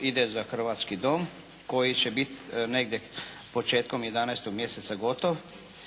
ide za Hrvatski dom koji će biti negdje početkom 11. mjeseca gotov,